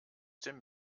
dem